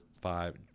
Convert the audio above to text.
five